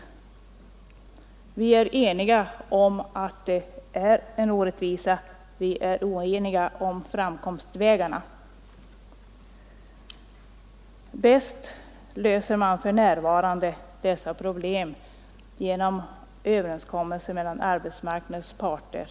Vi är eniga om att det är en orättvisa; vi är oeniga om hur man skall gå till väga för att få bort orättvisan. För närvarande löser man dessa problem bäst genom överenskommelser mellan arbetsmarknadens parter.